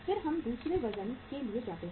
फिर हम दूसरे वजन के लिए जाते हैं